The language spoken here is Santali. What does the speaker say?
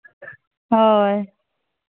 ᱦᱳᱭ